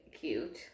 cute